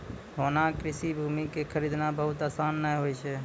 होना कृषि भूमि कॅ खरीदना बहुत आसान नाय होय छै